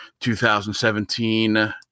2017